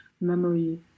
memory